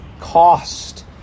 cost